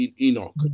Enoch